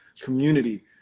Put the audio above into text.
community